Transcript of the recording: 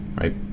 right